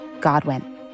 Godwin